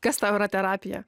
kas tau yra terapija